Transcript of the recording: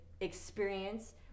experience